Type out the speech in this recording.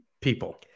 people